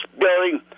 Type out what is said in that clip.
building